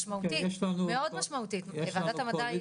משמעותית, מאוד משמעותית וועדת המדע.